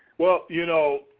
well, you know,